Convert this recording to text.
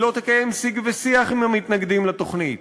היא לא תקיים שיג ושיח עם המתנגדים לתוכנית.